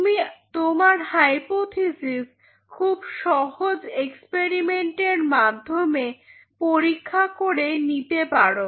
তুমি তোমার হাইপোথিসিস খুব সহজ এক্সপেরিমেন্টের মাধ্যমে পরীক্ষা করে নিতে পারো